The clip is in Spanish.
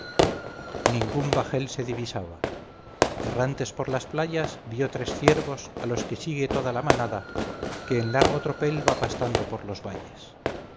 ningún bajel se divisaba errantes por las playas vio tres ciervos a los que sigue toda la manada que en largo tropel va pastando por los valles